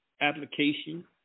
application